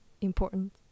important